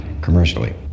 commercially